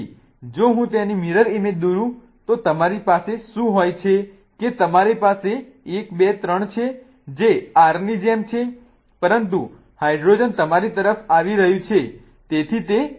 તેથી જો હું તેની મિરર ઈમેજ દોરું તો તમારી પાસે શું હોય છે કે તમારી પાસે 1 2 3 છે જે R ની જેમ છે પરંતુ હાઇડ્રોજન તમારી તરફ આવી રહ્યું છે તેથી તે S છે